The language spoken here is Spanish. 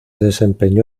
desempeñó